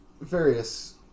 Various